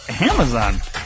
Amazon